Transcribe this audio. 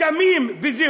מרוב כתמים וזיהום,